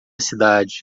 cidade